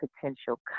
potential